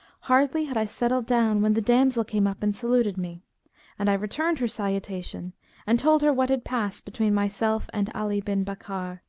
hardly had i settled down when the damsel came up and saluted me and i returned her salutation and told her what had passed between myself and ali bin bakkar,